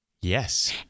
Yes